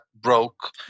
broke